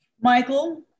Michael